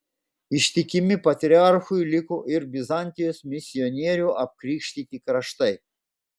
ištikimi patriarchui liko ir bizantijos misionierių apkrikštyti kraštai